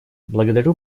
благодарю